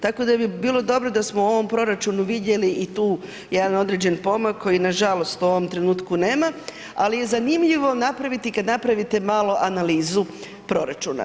Tako da bi bilo dobro da smo u ovom proračunu vidjeli i tu jedan određeni pomak koji nažalost u ovom trenutku nema, ali je zanimljivo napraviti, kada napravite malo analizu proračuna.